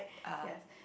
yes